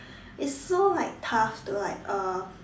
it's so like tough to like uh